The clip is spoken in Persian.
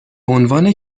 عنوان